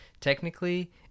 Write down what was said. Technically